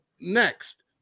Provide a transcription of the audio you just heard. next